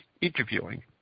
interviewing